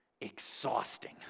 exhausting